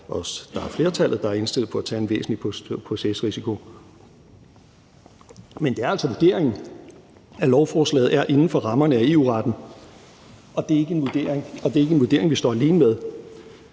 også være flertallet, der er indstillet på at tage en væsentlig procesrisiko. Men det er altså vurderingen, at lovforslaget er inden for rammerne af EU-retten, og det er ikke en vurdering, vi står alene med.